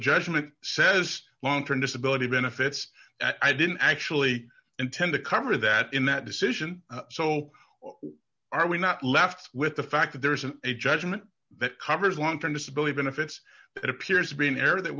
judgment says long term disability benefits i didn't actually intend to cover that in that decision so why are we not left with the fact that there isn't a judgment that covers long term disability benefits but it appears to be an error that